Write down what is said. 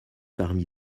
parmi